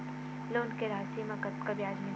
Loan के राशि मा कतका ब्याज मिलथे?